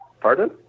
Pardon